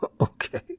Okay